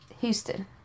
Houston